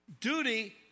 duty